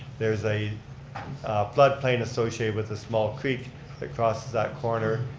there's a flood plain associated with a small creek that crosses that corner,